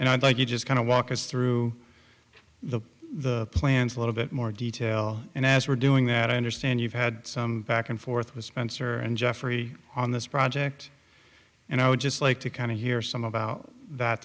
and i'd like you just kind of walk us through the the plans a little bit more detail and as we're doing that i understand you've had some back and forth with spencer and jeffery on this project and i would just like to kind of hear some about that